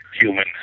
human